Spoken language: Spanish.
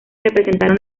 representaron